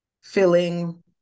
feeling